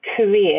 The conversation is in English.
career